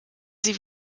sie